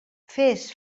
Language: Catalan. fes